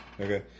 Okay